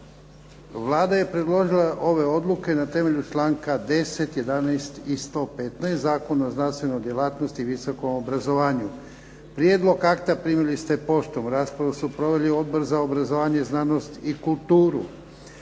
Vlada je predložila ove odluke na temelju članka 10., 11. i 115. Zakona o znanstvenoj djelatnosti i visokom obrazovanju. Prijedlog akta primili ste poštom. Raspravu su proveli Odbor za obrazovanje, znanost i kulturu.